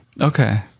Okay